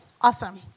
awesome